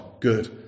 Good